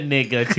Nigga